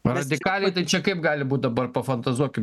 radikaliai tai čia kaip gali būt dabar pafantazuokim